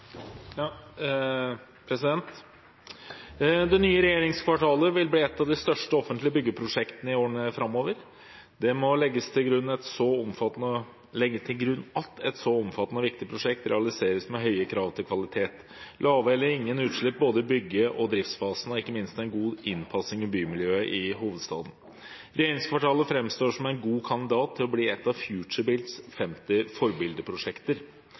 viktig prosjekt realiseres med høye krav til kvalitet, lave eller ingen utslipp både i bygge- og driftsfasen og ikke minst en god innpassing i bymiljøet i hovedstaden. Regjeringskvartalet fremstår som en god kandidat til å bli et av FutureBuilts 50 forbildeprosjekter.